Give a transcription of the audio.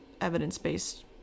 evidence-based